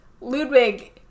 Ludwig